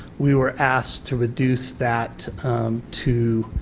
we were asked to reduce that to